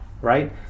right